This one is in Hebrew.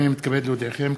אני מתכבד להודיעכם,